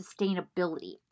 sustainability